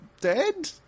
dead